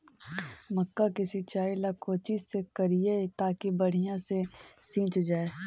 मक्का के सिंचाई ला कोची से करिए ताकी बढ़िया से सींच जाय?